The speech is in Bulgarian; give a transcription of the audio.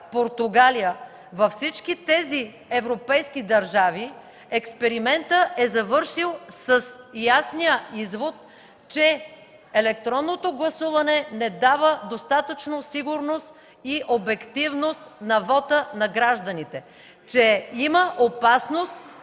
Португалия”, във всички тези европейски държави експериментът е завършил с ясния извод, че електронното гласуване не дава достатъчно сигурност и обективност на вота на гражданите, че има опасност